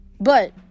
But